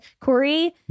Corey